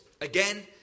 again